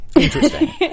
Interesting